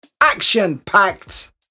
action-packed